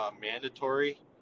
mandatory